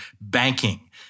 banking